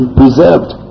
preserved